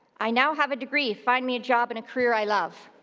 i now have a degree, find me a job and a career i love.